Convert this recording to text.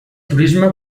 turisme